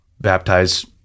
baptize